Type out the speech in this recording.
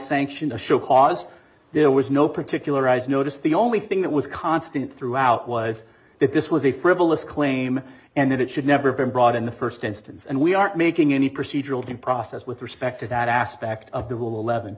sanction to show cause there was no particularized notice the only thing that was constant throughout was that this was a frivolous claim and that it should never been brought in the first instance and we aren't making any procedural due process with respect to that aspect of the